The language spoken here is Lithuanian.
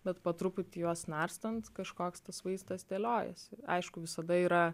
bet po truputį juos narstant kažkoks tas vaizdas dėliojasi aišku visada yra